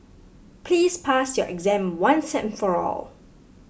please pass your exam once and for all